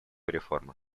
реформы